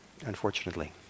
unfortunately